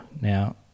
now